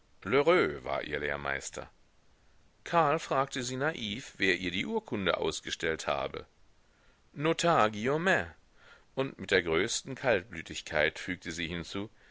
war ihr lehrmeister karl fragte sie naiv wer ihr die urkunde ausgestellt habe notar guillaumin und mit der größten kaltblütigkeit fügte sie hinzu